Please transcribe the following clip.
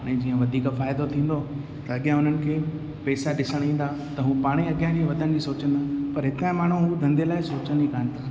ऐं जीअं वधीक फ़ाइदो थींदो त अॻियां उन्हनि खे पेसा ॾिसणु ईंदा त उहे पाण ई अॻियां वधण जी सोचंदा पर हितां जा माण्हू धंधे लाइ सोचनि ई कोन था